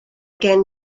gen